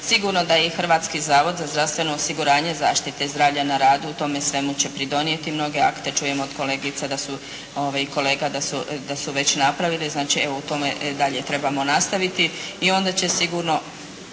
Sigurno da je i Hrvatski zavod za zdravstveno osiguranje zaštite zdravlja na radu tome svemu će pridonijeti, mnoge akte čujem od kolegica da su i kolege da su već napravili, znači evo u tome dalje trebamo nastaviti i onda će sigurno